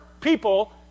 people